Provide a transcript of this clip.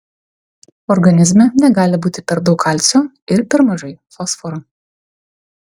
organizme negali būti per daug kalcio ir per mažai fosforo